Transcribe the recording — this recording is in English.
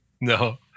No